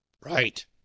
right